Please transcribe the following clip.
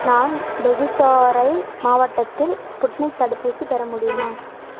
நான் பேகுசராய் மாவட்டத்தில் ஸ்புட்னிக் தடுப்பூசி பெற முடியுமா